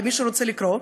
למי שרוצה לקרוא,